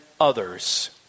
others